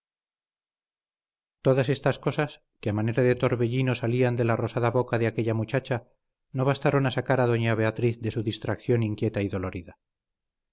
todas estas cosas que a manera de torbellino salían de la rosada boca de aquella muchacha no bastaron a sacar a doña beatriz de su distracción inquieta y dolorida